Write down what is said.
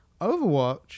Overwatch